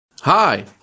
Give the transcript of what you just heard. Hi